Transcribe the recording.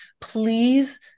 Please